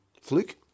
fluke